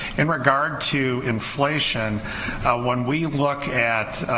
in regard to inflation when we look at